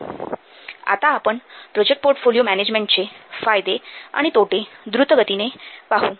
२४२७ आता आपण project portfolio मॅनेजमेंटचे फायदे आणि तोटे द्रुतगतीने पाहू